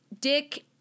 Dick